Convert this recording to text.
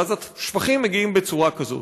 ואז השפכים מגיעים בצורה כזאת.